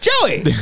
Joey